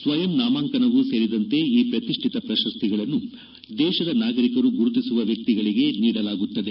ಸ್ವಯಂ ನಾಮಾಂಕನವೂ ಸೇರಿದಂತೆ ಈ ಪ್ರತಿಷ್ಠಿತ ಪ್ರಶ್ತಿಗಳನ್ನು ದೇತದ ನಾಗರಿಕರು ಗುರುತಿಸುವ ವ್ಚಕ್ತಿಗಳಿಗೆ ನೀಡಲಾಗುತ್ತದೆ